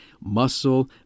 Muscle